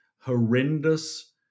horrendous